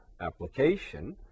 application